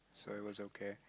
so it was okay